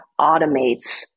automates